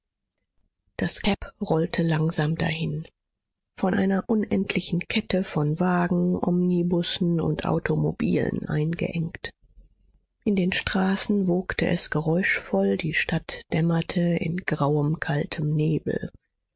das cab rollte langsam dahin von einer unendlichen kette von wagen omnibussen und automobilen eingeengt in den straßen wogte es geräuschvoll die stadt dämmerte in grauem kaltem nebel